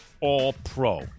All-Pro